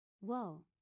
Whoa